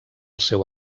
seu